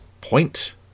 Point